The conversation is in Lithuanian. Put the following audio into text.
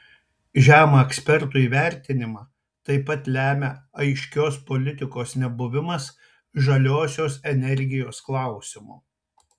žemą ekspertų įvertinimą taip pat lemią aiškios politikos nebuvimas žaliosios energijos klausimu